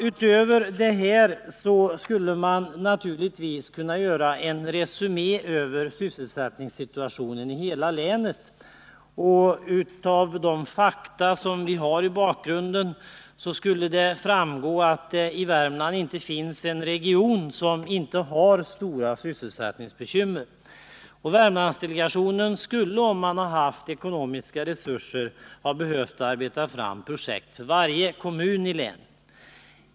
Utöver vad jag har sagt skulle man naturligtvis kunna göra en resumé över sysselsättningssituationen i hela länet. Av de fakta som vi har skulle det framgå att det i Värmland inte finns en region som inte har stora sysselsättningsbekymmer. Värmlandsdelegationen skulle, om den hade haft ekonomiska resurser, ha behövt arbeta fram projekt för varje kommun i 125 länet.